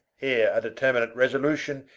ere a determinate resolution,